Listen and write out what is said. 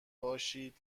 باشید